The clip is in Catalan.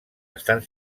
estan